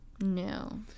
No